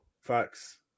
Facts